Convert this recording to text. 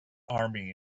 army